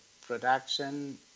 production